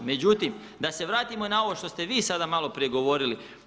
Međutim, da se vratimo na ovo što ste vi sada maloprije govorili.